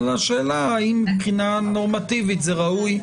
השאלה אם נורמטיבית זה ראוי.